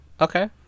Okay